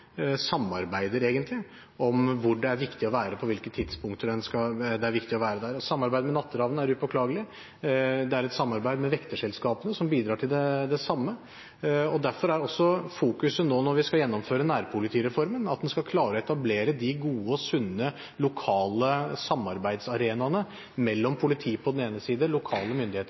samarbeider om hvor det er viktig å være og på hvilke tidspunkter det er viktig å være der. Samarbeidet med Natteravnene er upåklagelig. Det er et samarbeid med vekterselskapene som bidrar til det samme. Derfor er også fokuset nå når vi skal gjennomføre nærpolitireformen, at en skal klare å etablere de gode og sunne lokale samarbeidsarenaene mellom politiet på den ene siden og lokale myndigheter